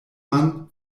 man